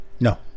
no